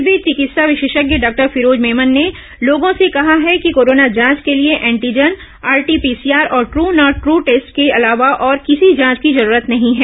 इस बीच चिकित्सा विशेषज्ञ डॉक्टर फिरोज मेमन ने लोगों से कहा है कि कोरोना जांच के लिए एंटीजन आरटी पीसीआर और द्र् नॉट द्रू टेस्ट के अलावा और किसी जांच की जरूरत नहीं है